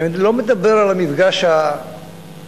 אני לא מדבר על המפגש הרגיל,